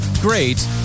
great